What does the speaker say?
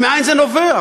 ומאין זה נובע?